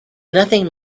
nothing